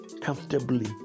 comfortably